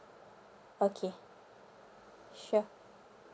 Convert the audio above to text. okay sure